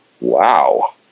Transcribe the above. wow